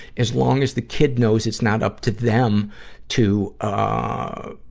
as long as the kid knows it's not up to them to, ah,